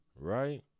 right